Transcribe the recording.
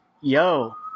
yo